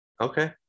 okay